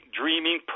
dreaming